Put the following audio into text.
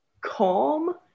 Calm